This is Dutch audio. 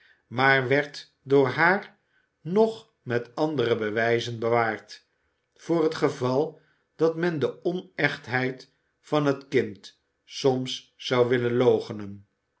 maar werd door haar nog met andere bewijzen bewaard voor het geval dat men de onechtheid van het kind soms zou willen